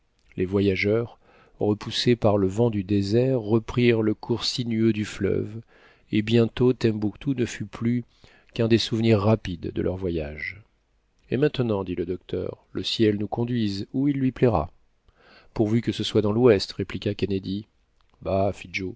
les voyageurs repoussés par le vent du désert reprirent le cours sinueux du fleuve et bientôt tembouctou ne fut plus qu'un des souvenirs rapides de leur voyage et maintenant dit le docteur le ciel nous conduise où il lui plaira pourvu que ce soit dans l'ouest répliqua